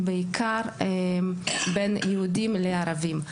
בעיקר בין יהודים לערבים.